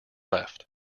left